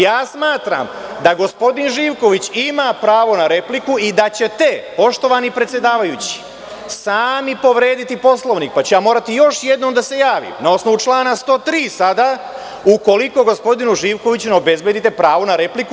Ja smatram da gospodin Živković ima pravo na repliku i da ćete, poštovani predsedavajući, sami povrediti Poslovnik i da ću ja morati još jednom da se javim, na osnovu člana 103. sada, ukoliko gospodinu Živkoviću ne obezbedite pravo na repliku.